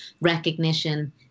recognition